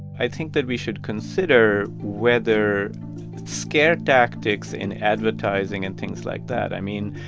i think that we should consider whether scare tactics in advertising and things like that. i mean,